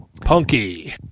Punky